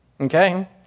okay